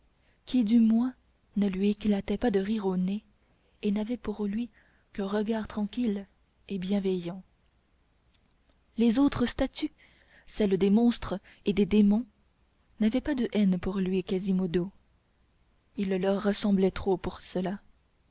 qui du moins ne lui éclataient pas de rire au nez et n'avaient pour lui qu'un regard tranquille et bienveillant les autres statues celles des monstres et des démons n'avaient pas de haine pour lui quasimodo il leur ressemblait trop pour cela